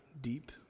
deep